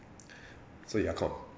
so you are com~